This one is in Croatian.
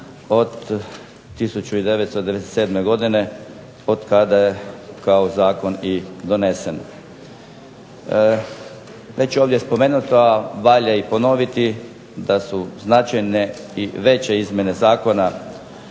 od 1997. godine otkada je kao zakon i donesen. Već je ovdje spomenuto, a valja i ponoviti da su značajne i veće izmjene Zakona